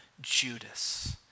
Judas